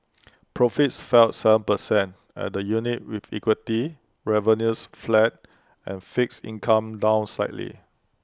profits fell Seven percent at the unit with equity revenues flat and fixed income down slightly